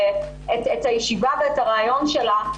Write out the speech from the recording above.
ואת הישיבה ואת הרעיון שלה,